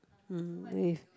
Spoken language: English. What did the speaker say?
mm with